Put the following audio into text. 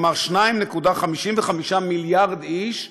כלומר 2.55 מיליארד איש,